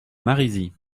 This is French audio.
marizys